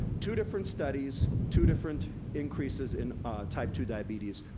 two different studies, two different increases in type two diabetes,